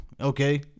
Okay